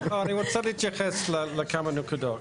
אני רוצה להתייחס לכמה נקודות.